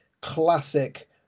classic